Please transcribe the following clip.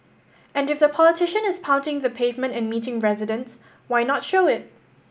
and if the politician is pounding the pavement and meeting residents why not show it